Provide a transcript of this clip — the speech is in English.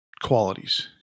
Qualities